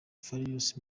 farious